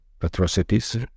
atrocities